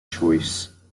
choice